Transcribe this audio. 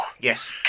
yes